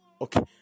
okay